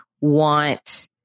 want